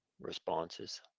responses